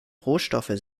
rohstoffe